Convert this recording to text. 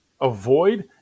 avoid